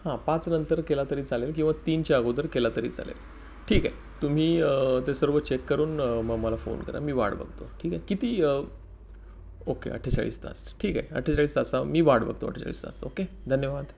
हां पाच नंतर केला तरी चालेल किंवा तीनच्या अगोदर केला तरी चालेल ठीक आहे तुम्ही ते सर्व चेक करून मला फोन करा मी वाट बघतो ठीक आहे किती ओके अठ्ठेचाळीस तास ठीक आहे अठ्ठेचाळीस तास मी वाट बघतो अठ्ठेचाळीस तास ओके धन्यवाद